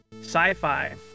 Sci-fi